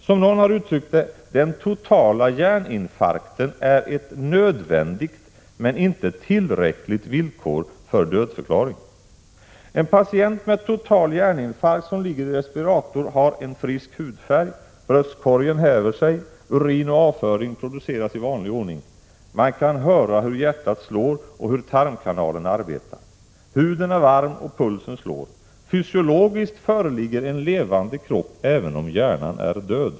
Som någon har uttryckt det: Den totala hjärninfarkten är ett nödvändigt men inte tillräckligt villkor för dödförklaring. En patient som har total hjärninfarkt och som ligger i respirator har en frisk 61 hudfärg, bröstkorgen häver sig, urin och avföring produceras i vanlig ordning, man kan höra hur hjärtat slår och hur tarmkanalen arbetar. Huden är varm och pulsen slår. Fysiologiskt föreligger en levande kropp även om hjärnan är död.